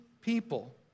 people